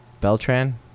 Beltran